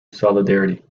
solidarity